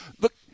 Look